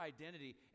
identity